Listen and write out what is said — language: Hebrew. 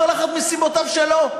כל אחד מסיבותיו שלו,